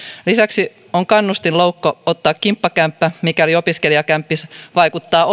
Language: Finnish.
lisäksi on kannustinloukku ottaa kimppakämppä mikäli opiskelijakämppis vaikuttaa